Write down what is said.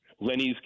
Lenny's